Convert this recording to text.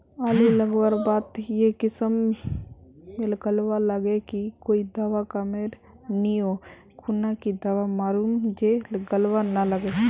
आलू लगवार बात ए किसम गलवा लागे की कोई दावा कमेर नि ओ खुना की दावा मारूम जे गलवा ना लागे?